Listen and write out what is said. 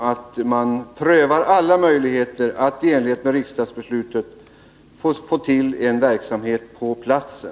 Man måste pröva alla möjligheter att i enlighet med riksdagsbeslutet ordna verksamhet på platsen.